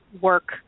work